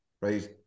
right